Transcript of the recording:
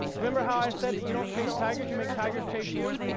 remember how i said that you don't chase tigers, you make tigers chase you?